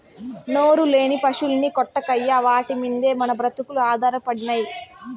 నోరులేని పశుల్ని కొట్టకయ్యా వాటి మిందే మన బ్రతుకులు ఆధారపడినై